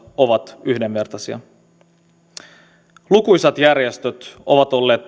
ovat yhdenvertaisia lukuisat järjestöt ovat olleet